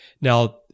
Now